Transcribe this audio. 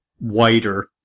wider